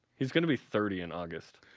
he is going to be thirty in august?